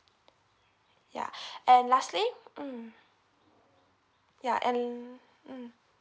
ya and lastly mm ya and mm